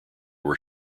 were